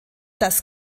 das